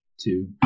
two